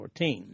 14